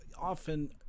often